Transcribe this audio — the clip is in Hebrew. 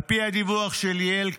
על פי הדיווח של ליאל קייזר,